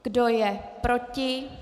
Kdo je proti?